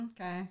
Okay